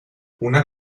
una